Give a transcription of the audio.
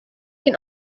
can